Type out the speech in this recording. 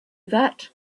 that